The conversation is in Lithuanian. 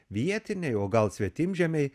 vietiniai o gal svetimžemiai